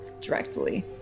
directly